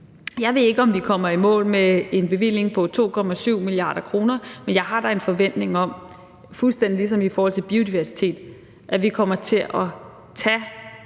Jeg ved ikke, om vi kommer i mål med en bevilling på 2,7 mia. kr., men jeg har da en forventning om – fuldstændig ligesom i forhold til biodiversitet – at vi kommer til at tage